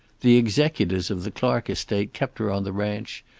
the executors of the clark estate kept her on the ranch,